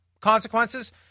consequences